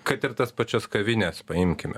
kad ir tas pačias kavines paimkime